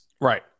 Right